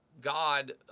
God